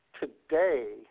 today